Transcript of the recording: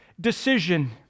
decision